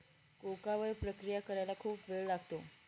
cocoa वर प्रक्रिया करायला खूप वेळ लागतो